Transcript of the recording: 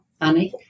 Annie